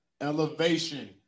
elevation